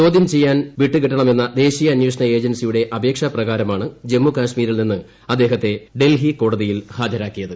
ചോദൃം ചെയ്യാൻ വിട്ട് കിട്ടണമെന്ന ദേശീയ അന്വേഷണ ഏജൻസിയുടെ അപേക്ഷ പ്രകാരമാണ് ജമ്മു കാശ്മീരിൽ നിന്ന് അദ്ദേഹത്തെ ഡൽഹി കോടതിയിൽ ഹാജരാക്കിയത്